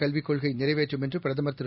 கல்விக் கொள்கை நிறைவேற்றும் என்று பிரதமர் திரு